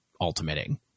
ultimating